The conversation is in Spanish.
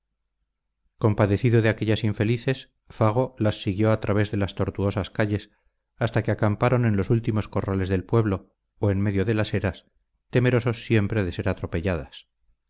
compadecido de aquellas infelices fago las siguió al través de las tortuosas calles hasta que acamparon en los últimos corrales del pueblo o en medio de las eras temerosas siempre de ser atropelladas